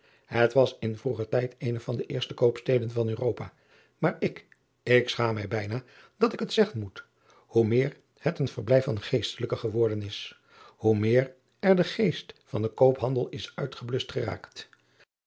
et was in vroeger tijd eene van de eerste koopsteden van uropa maar ik schaam mij bijna dat ik het zeggen moet hoe meer het een verblijf van geestelijken geworden is hoe meer er de geest van den koophandel is uitgebluscht geraakt